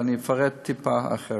ואני אפרט טיפה אחרת.